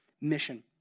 mission